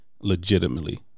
legitimately